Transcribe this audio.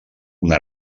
una